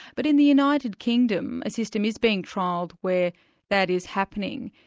but in the united kingdom, a system is being trialled where that is happening.